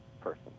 person